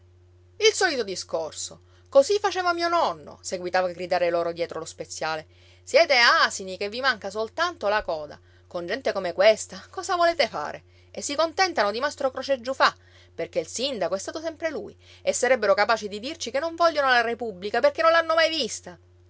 il solito discorso così faceva mio nonno seguitava a gridare loro dietro lo speziale siete asini che vi manca soltanto la coda con gente come questa cosa volete fare e si contentano di mastro croce giufà perché il sindaco è stato sempre lui e sarebbero capaci di dirci che non vogliono la repubblica perché non l'hanno mai vista